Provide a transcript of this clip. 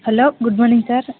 hello good morning sir